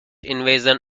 invasion